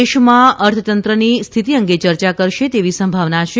દેશના અર્થતંત્રની સ્થિતિ અંગે ચર્યા કરશે તેવી સંભાવના છે